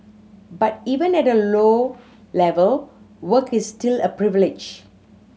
but even at a low level work is still a privilege